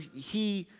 he.